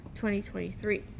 2023